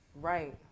Right